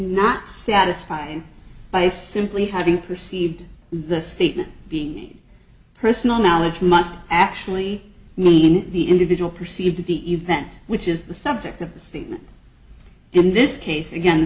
not satisfied by simply having received the statement being made personal knowledge must actually mean the individual perceived to be event which is the subject of the statement in this case again the